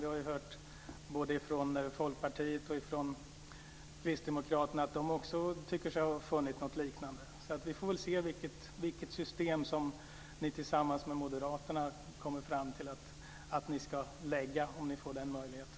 Vi har hört av Folkpartiet och Kristdemokraterna att de också tycker sig ha funnit något liknande. Vi får väl se vilket system som ni lägger fram tillsammans med Moderaterna - om ni får den möjligheten.